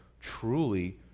truly